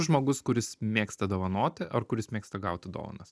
žmogus kuris mėgsta dovanoti ar kuris mėgsta gauti dovanas